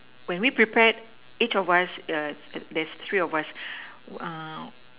when we prepared each of us there's three of us